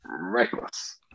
reckless